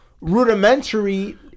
rudimentary